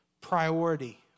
priority